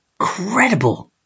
Incredible